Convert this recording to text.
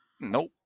Nope